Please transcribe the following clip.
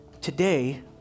Today